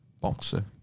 Boxer